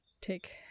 take